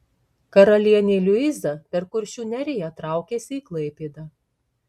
karalienė liuiza per kuršių neriją traukėsi į klaipėdą